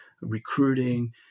recruiting